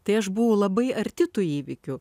tai aš buvau labai arti tų įvykių